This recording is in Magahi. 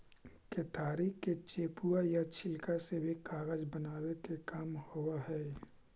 केतारी के चेपुआ या छिलका से भी कागज बनावे के काम होवऽ हई